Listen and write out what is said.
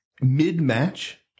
mid-match